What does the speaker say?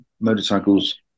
motorcycles